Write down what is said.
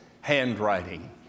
handwriting